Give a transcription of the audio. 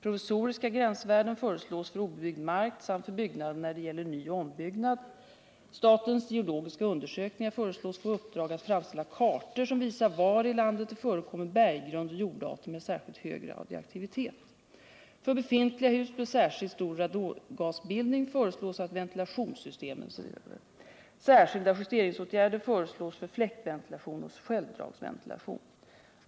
Provisoriska gränsvärden föreslås för obebyggd mark samt för byggnader när det gäller nyoch ombyggnad. Statens geologiska undersökningar föreslås få i uppdrag att framställa kartor som visar var i landet det förekommer berggrund och jordarter med särskilt hög radioaktivitet. För befintliga hus med särskilt stor radongasbildning föreslås att ventilationssystemen ses över. Särskilda justeringsåtgärder föreslås för fläktventilation och självdragsventilation.